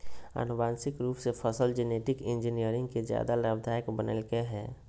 आनुवांशिक रूप से फसल जेनेटिक इंजीनियरिंग के ज्यादा लाभदायक बनैयलकय हें